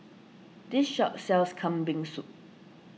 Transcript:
this shop sells Kambing Soup